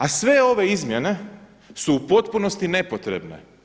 A sve ove izmjene su u potpunosti nepotrebne.